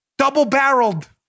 Double-barreled